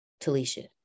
Talisha